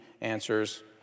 answers